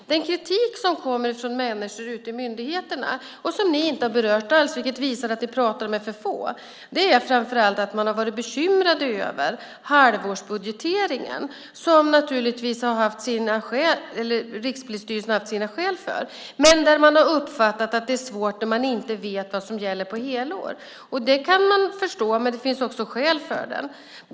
Den kritik som kommer från människor ute i myndigheterna och som ni inte har berört alls, vilket visar att du pratar med för få, är framför allt att man har varit bekymrad över halvårsbudgeteringen. Den har Rikspolisstyrelsen naturligtvis haft sina skäl för, men man har uppfattat att det är svårt när man inte vet vad som gäller på helår. Det kan jag förstå, men det finns också skäl för det.